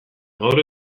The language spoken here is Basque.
gaur